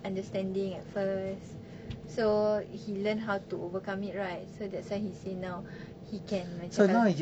understanding at first so he learnt how to overcome it right so that's why he say now he can macam